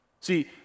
See